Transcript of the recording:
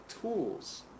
tools